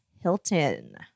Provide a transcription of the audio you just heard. Hilton